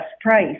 price